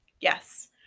Yes